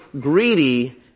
greedy